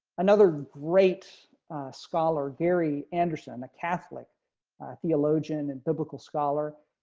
another great scholar gary anderson, a catholic theologian and biblical scholar,